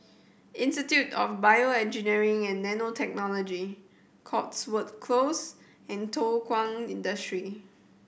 Institute of BioEngineering and Nanotechnology Cotswold Close and Thow Kwang Industry